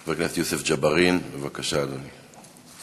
חבר הכנסת יוסף ג'בארין, בבקשה, אדוני.